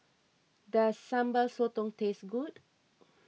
does Sambal Sotong taste good